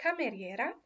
cameriera